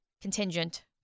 contingent